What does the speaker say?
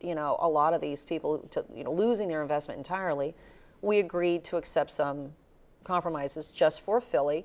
you know a lot of these people you know losing their investment tire only we agreed to accept some compromises just for philly